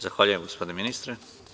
Zahvaljujem gospodine ministre.